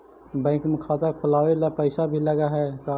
Bank में खाता खोलाबे ल पैसा भी लग है का?